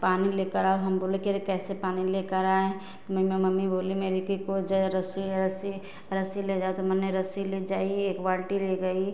पानी लेकर आओ हम बोले कि अरे कैसे पानी लेकर आएँ तो मम्मी बोली मेरी कि को जा रस्सी रस्सी रस्सी ले जाओ तो मने रस्सी ले जाइए एक बाल्टी ले गई